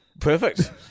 Perfect